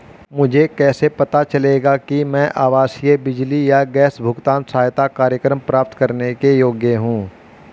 मुझे कैसे पता चलेगा कि मैं आवासीय बिजली या गैस भुगतान सहायता कार्यक्रम प्राप्त करने के योग्य हूँ?